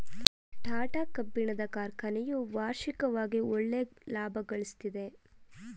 ಟಾಟಾ ಕಬ್ಬಿಣದ ಕಾರ್ಖನೆಯು ವಾರ್ಷಿಕವಾಗಿ ಒಳ್ಳೆಯ ಲಾಭಗಳಿಸ್ತಿದೆ